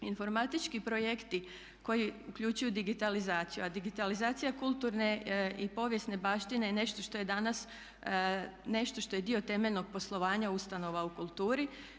Informatički projekti koji uključujuću digitalizaciju, a digitalizacija kulturne i povijesne baštine je nešto što je danas, nešto što je dio temeljnog poslovanja ustanova u kulturi.